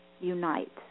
unite